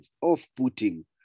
off-putting